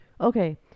Okay